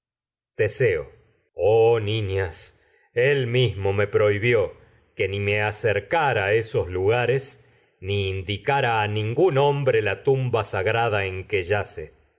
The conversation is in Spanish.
los oh niñas el mismo me prohibió que ni me acercara a esos lugares en ni indicara a ningún yace y me hombre que la tumba sagrada que añadió asi